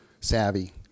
savvy